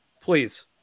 please